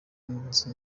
nzi